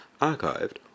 archived